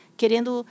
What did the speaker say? querendo